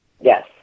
Yes